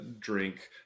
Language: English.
drink